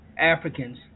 Africans